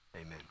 amen